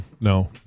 no